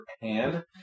Pan